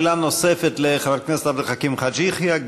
שאלה נוספת לחבר הכנסת עבד אל חכים חאג' יחיא.